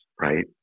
right